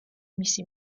მისი